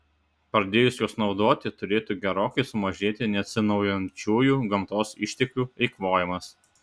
pradėjus juos naudoti turėtų gerokai sumažėti neatsinaujinančiųjų gamtos išteklių eikvojimas